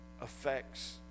affects